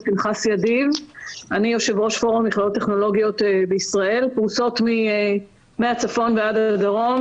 אני יו"ר פורום המכללות הטכנולוגיות בישראל שפרושות מהצפון ועד לדרום,